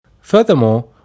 Furthermore